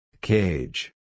Cage